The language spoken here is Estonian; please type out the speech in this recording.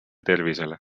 tervisele